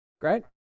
great